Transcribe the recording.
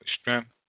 strength